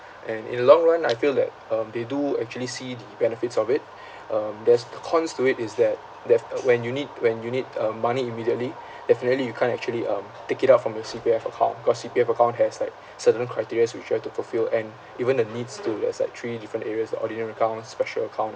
and in the long run I feel that um they do actually see the benefits of it um there's cons to it is that def~ when you need when you need uh money immediately definitely you can't actually um take it out from your C_P_F account cause C_P_F account has like certain criterias which you have to fulfil and even the needs to there's like three different areas like ordinary accounts special account